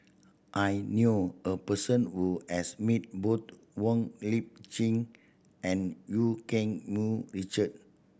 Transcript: I knew a person who has met both Wong Lip Chin and Eu Keng Mun Richard